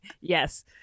yes